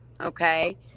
okay